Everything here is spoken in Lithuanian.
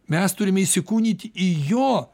mes turime įsikūnyt į jo